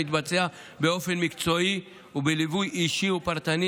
המתבצע באופן מקצועי ובליווי אישי ופרטני